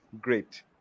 great